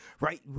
right